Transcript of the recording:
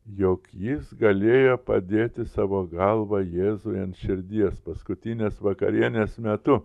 jog jis galėjo padėti savo galvą jėzui ant širdies paskutinės vakarienės metu